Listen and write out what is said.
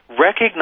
recognize